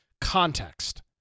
context